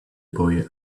boy